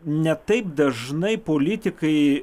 ne taip dažnai politikai